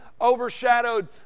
overshadowed